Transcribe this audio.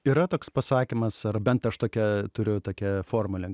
yra toks pasakymas ar bent aš tokią turiu tokią formulę